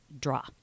draw